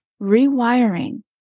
rewiring